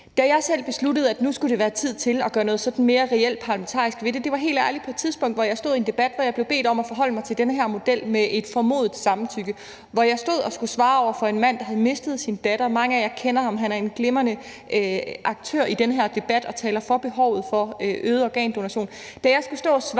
Da jeg selv besluttede, at nu var det tid til at gøre noget sådan mere reelt parlamentarisk ved det, var det helt ærligt på et tidspunkt, hvor jeg stod i en debat og blev bedt om at forholde mig til den her model med et formodet samtykke, og hvor jeg stod og skulle svare en mand, der havde mistet sin datter. Mange af jer kender ham; han er en glimrende aktør i den her debat og taler for behovet for øget organdonation.